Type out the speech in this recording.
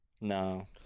No